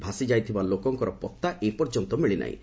ଭାସିଯାଇଥିବା ଲୋକଙ୍କର ପତ୍ତା ଏପର୍ଯ୍ୟନ୍ତ ମିଳି ନାହିଁ